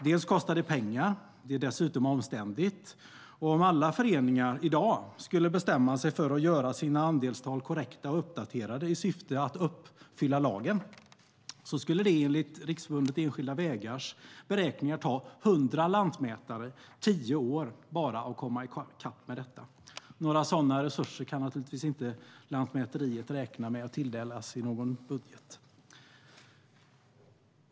Dels kostar det pengar, det är dessutom omständligt och om alla föreningar i dag skulle bestämma sig för att göra sina andelstal korrekta och uppdaterade i syftet att uppfylla lagen, skulle det enligt Riksförbundet Enskilda Vägars beräkningar ta hundra lantmätare tio år bara att komma i kapp. Några sådana resurser kan naturligtvis inte Lantmäteriet räkna med att tilldelas i någon budget.